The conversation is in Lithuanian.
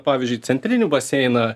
pavyzdžiui centrinį baseiną